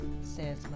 says